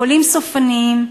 חולים סופניים,